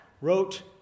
wrote